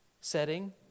setting